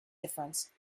difference